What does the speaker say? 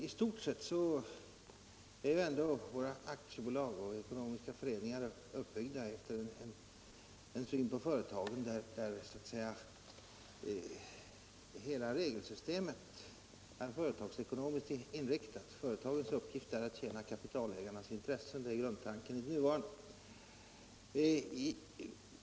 I stort sett är våra aktiebolag och ekonomiska föreningar uppbyggda efter den synen på företagen som innebär att hela regelsystemet är företagsekonomiskt inriktat. Företagens uppgift är att tjäna kapitalägarnas intressen. Det är grundtanken i det nuvarande systemet.